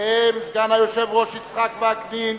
והם סגן היושב-ראש יצחק וקנין,